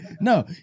No